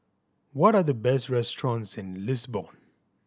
what are the best restaurants in Lisbon